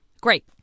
Great